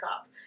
up